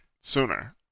sooner